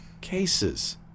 Cases